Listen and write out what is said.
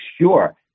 sure